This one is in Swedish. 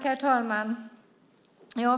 Herr talman!